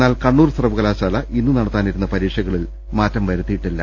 എന്നാൽ കണ്ണൂർ സർവകലാശാല ഇന്ന് നടത്താനിരുന്ന പരീക്ഷക ളിൽ മാറ്റം വരുത്തിയിട്ടില്ല